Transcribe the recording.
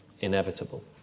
inevitable